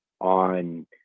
on